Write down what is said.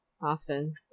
often